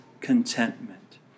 contentment